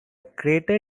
crater